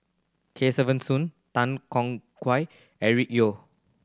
Kesavan Soon Tan Tong Eric Neo